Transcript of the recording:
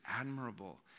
admirable